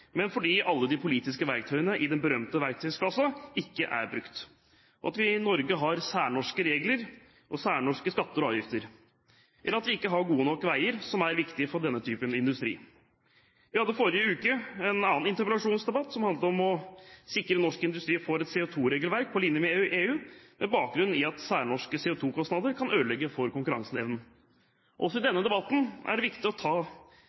men det er fordi alle de politiske verktøyene i den berømte verktøykassa ikke er brukt, at vi i Norge har særnorske regler og særnorske skatter og avgifter, og at vi ikke har gode nok veier, som er viktig for denne typen industri. Vi har også hatt en annen interpellasjonsdebatt som handlet om å sikre at norsk industri får et CO2-regelverk på linje med EU, med bakgrunn i at særnorske CO2-kostnader kan ødelegge for konkurranseevnen. Også i denne debatten er det viktig å ta